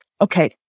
okay